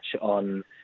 on